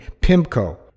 PIMCO